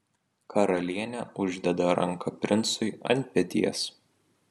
karalienė uždeda ranką princui ant peties